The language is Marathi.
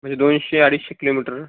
म्हणजे दोनशे अडीचशे किलोमीटर